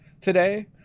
today